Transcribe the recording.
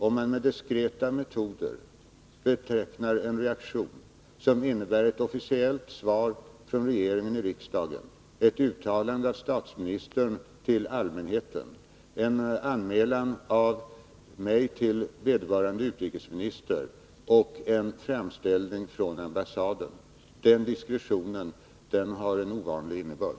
Om man med ”diskreta metoder” betecknar en reaktion som innebär ett officiellt svar i riksdagen från regeringen, ett uttalande från statsministern till allmänheten, en anmälan av mig till vederbörande utrikesminister och en framställning från ambassaden, har den diskretionen en ovanlig innebörd.